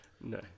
No